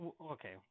Okay